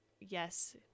yes